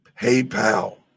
PayPal